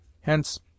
hence